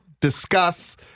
discuss